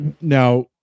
now